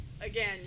again